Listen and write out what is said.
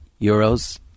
euros